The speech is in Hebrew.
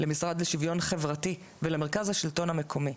למשרד לשוויון חברתי ולמרכז השלטון המקומי,